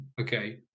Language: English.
okay